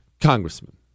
congressman